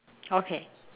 okay